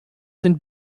sind